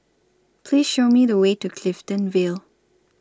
Please Show Me The Way to Clifton Vale